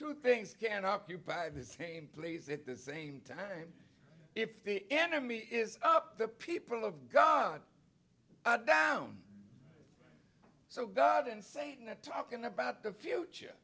two things can occupy the same place at the same time if the enemy is up the people of god down so god and satan are talking about the future